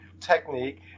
technique